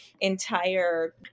entire